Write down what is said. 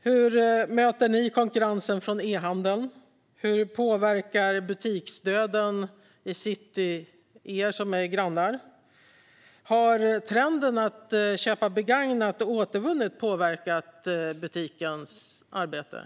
Hur möter ni konkurrensen från e-handeln? Hur påverkar butiksdöden i city er? Har trenden att köpa begagnat och återvunnet påverkat butikens arbete?